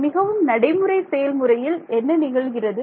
மிகவும் நடைமுறை செயல்முறையில் என்ன நிகழ்கிறது